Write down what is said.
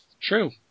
true